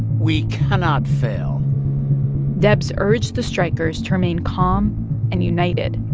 we cannot fail debs urged the strikers to remain calm and united